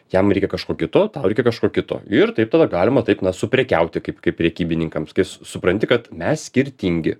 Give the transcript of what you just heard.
jam reikia kažko kito tau reikia kažko kito ir taip tada galima taip na suprekiauti kaip kaip prekybininkams supranti kad mes skirtingi